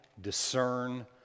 discern